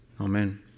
Amen